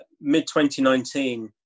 mid-2019